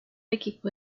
equipo